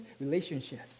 relationships